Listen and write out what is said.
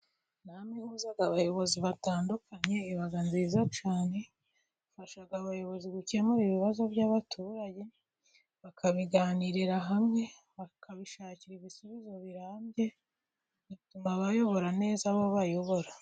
Inama ihuza abayobozi batandukanye, ni nziza nziza cyane, ifasha abayobozi gukemura ibibazo by'abaturage, bakabiganirira hamwe, bakabishakira ibisubizo birambye, bituma abayobora neza abo bayobora.